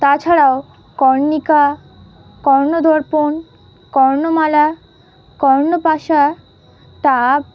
তাছাড়াও কর্ণিকা কর্ণদর্পণ কর্ণমালা কর্ণপাশা